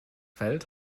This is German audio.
feld